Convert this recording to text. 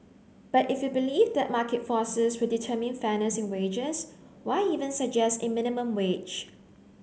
but if you believe that market forces would determine fairness in wages why even suggest a minimum wage